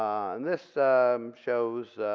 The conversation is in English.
this shows